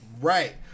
Right